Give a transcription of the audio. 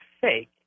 fake